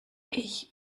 ich